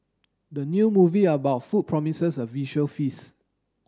the new movie about food promises a visual feast